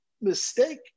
mistake